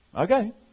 Okay